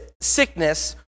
sickness